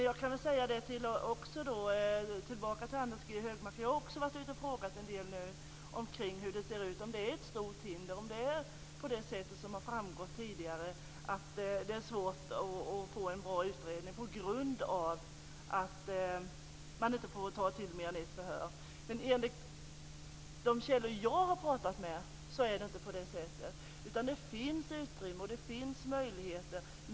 Jag kan säga till Anders G Högmark att jag också har varit ute och frågat hur det ser ut - om detta är ett stort hinder, om det är svårt, vilket har sagts här tidigare, att få en bra utredning på grund av att man inte får ta till mer än ett förhör. Men enligt de källor jag har pratat med är det inte på det sättet. Det finns utrymme och möjligheter.